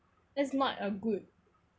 that's not a good